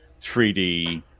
3D